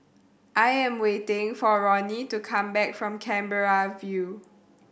I am waiting for Ronnie to come back from Canberra View